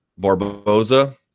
Barbosa